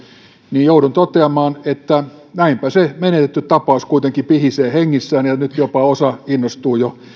niin joudun toteamaan että näinpä se menetetty tapaus kuitenkin pihisee hengissään ja nyt jopa osa innostuu jo